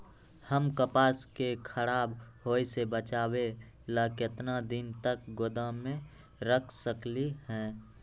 हम कपास के खराब होए से बचाबे ला कितना दिन तक गोदाम में रख सकली ह?